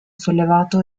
sollevato